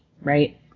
right